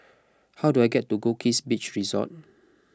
how do I get to Goldkist Beach Resort